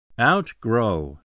Outgrow